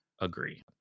Agree